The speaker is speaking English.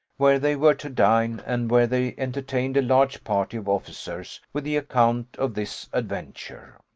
where they were to dine, and where they entertained a large party of officers with the account of this adventure.